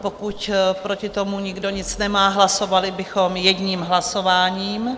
Pokud proti tomu nikdo nic nemá, hlasovali bychom jedním hlasováním.